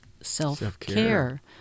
self-care